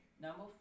Number